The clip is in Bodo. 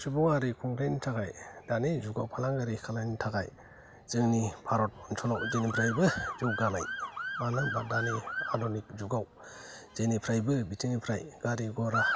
सुबुंआरि खुंथाइनि थाखाय दानि जुगाव फालांगिआरि खालायनो थाखाय जोंनि भारत ओनसोलाव जेनिफ्रायबो जौगानाय मानो होनोबा दानि आदुनिख जुगाव जेनिफ्रायबो बिथिंनिफ्राय गारि घरा